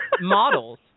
models